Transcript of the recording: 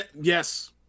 Yes